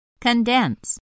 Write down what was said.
Condense